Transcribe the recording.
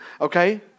okay